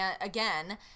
again